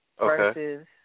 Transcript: Versus